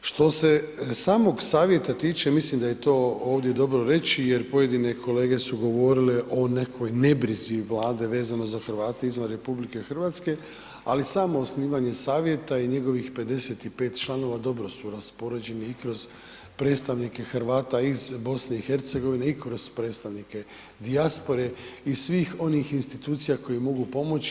Što se samog Savjeta tiče, mislim da je to ovdje dobro reći jer pojedine kolege su govorile o nekakvoj nebrizi Vlade vezano za Hrvate izvan RH, ali samo osnivanje Savjeta i njegovih 55 članova dobro su raspoređeni i kroz predstavnike Hrvata iz BiH i kroz predstavnike dijaspore i svih onih institucija koji mogu pomoći.